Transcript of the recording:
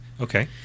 Okay